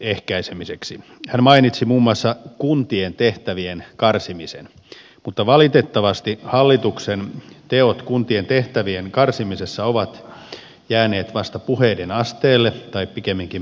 hän mainitsi muun muassa kuntien tehtävien karsimisen mutta valitettavasti hallituksen teot kuntien tehtävien karsimisessa ovat jääneet vasta puheiden asteelle tai pikemminkin päinvastoin